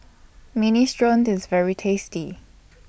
Minestrone IS very tasty